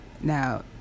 now